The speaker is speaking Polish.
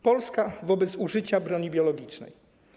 Polska wobec użycia broni biologicznej”